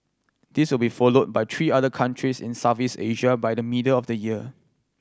this will be followed by three other countries in Southeast Asia by the middle of the year